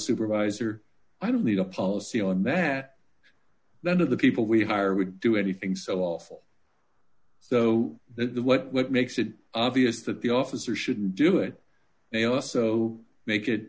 supervisor i don't need a policy on that that of the people we hire would do anything so awful so that the what makes it obvious that the officer shouldn't do it they also make it